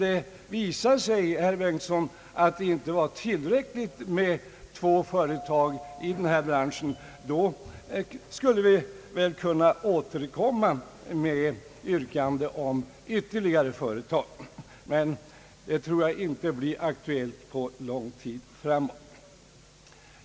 Om det visade sig, herr Bengtson, inte vara tillräckligt med två företag i denna bransch skulle vi kunna återkomma med yrkande på flera företag. Men detta tror jag inte blir aktuellt på lång tid ännu.